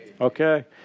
okay